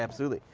absolutely.